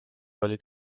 olid